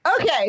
okay